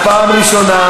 אז פעם ראשונה.